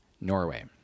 Norway